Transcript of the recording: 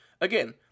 Again